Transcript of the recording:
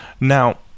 Now